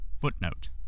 Footnote